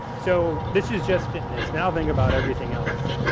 so, this is just fitness. now think about everything else.